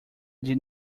did